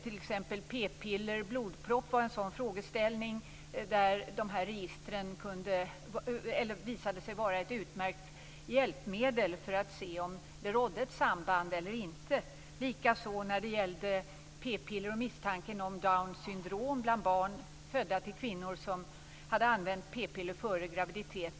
I exempelvis frågeställningen om samband mellan p-piller och blodpropp visade sig dessa register vara ett utmärkt hjälpmedel för att se om det rådde ett samband eller inte. Likaså fanns misstanke om samband mellan p-piller och Downs syndrom bland barn födda av kvinnor som hade använt p-piller före graviditet.